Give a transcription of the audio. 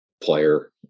player